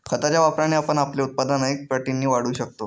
खताच्या वापराने आपण आपले उत्पादन अनेक पटींनी वाढवू शकतो